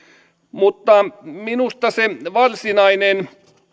minusta se varsinainen